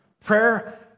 Prayer